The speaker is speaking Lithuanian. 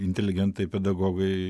inteligentai pedagogai